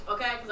Okay